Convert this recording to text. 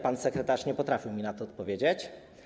Pan sekretarz nie potrafił mi na to pytanie odpowiedzieć.